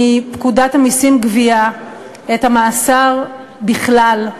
מפקודת המסים (גבייה) את המאסר בכלל.